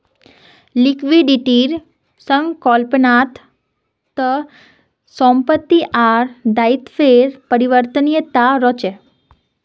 लिक्विडिटीर संकल्पना त संपत्ति आर दायित्वेर परिवर्तनीयता रहछे